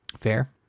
Fair